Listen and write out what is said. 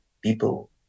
people